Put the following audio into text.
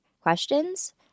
questions